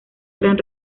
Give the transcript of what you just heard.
gran